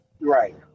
Right